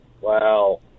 Wow